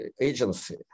agency